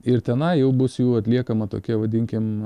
ir tenai jau bus jau atliekama tokia vadinkim